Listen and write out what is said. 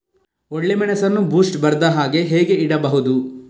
ಒಳ್ಳೆಮೆಣಸನ್ನು ಬೂಸ್ಟ್ ಬರ್ದಹಾಗೆ ಹೇಗೆ ಇಡಬಹುದು?